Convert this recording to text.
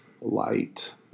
light